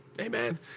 Amen